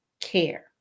care